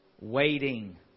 Waiting